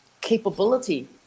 capability